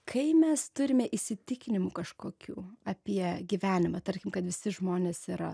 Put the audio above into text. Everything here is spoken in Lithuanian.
kai mes turime įsitikinimų kažkokių apie gyvenimą tarkim kad visi žmonės yra